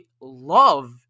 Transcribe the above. love